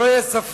שלא יהיה ספק.